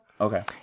Okay